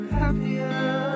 happier